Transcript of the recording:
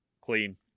clean